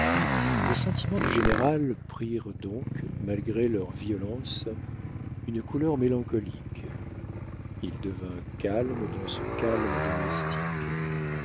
les sentiments du général prirent donc malgré leur violence une couleur mélancolique il devint calme dans ce calme domestique